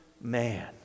Man